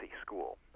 school